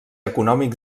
econòmic